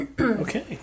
Okay